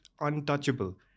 untouchable